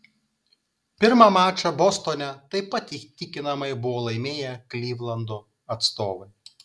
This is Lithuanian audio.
pirmą mačą bostone taip pat įtikinamai buvo laimėję klivlando atstovai